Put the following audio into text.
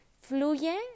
Fluye